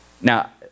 Now